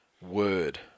Word